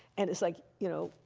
and it's like, you know,